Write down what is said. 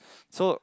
so